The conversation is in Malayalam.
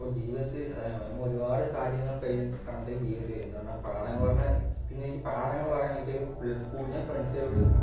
അപ്പോൾ ജീവിതത്തിൽ നമ്മള് ഒരു പാട് സാഹചര്യങ്ങൾ കഴിഞ്ഞിട്ട് ജീവിതത്തിൽ വരിക കാരണം പാഠങ്ങൾ എന്ന് പറഞ്ഞാൽ പിന്നെ എനിക്ക് പാഠങ്ങൾ പറയാഞ്ഞിട്ട് ഫ്രണ്ട്സ്കാരോട്